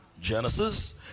Genesis